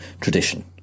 tradition